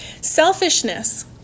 Selfishness